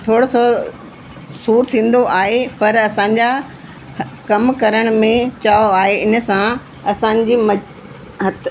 थोरो सो सूरु थींदो आहे पर असांजा कमु करण में चयो आहे हिन सां असांजी हथु